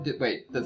Wait